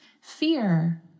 fear